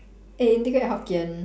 eh integrate hokkien